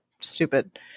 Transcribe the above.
stupid